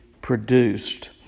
produced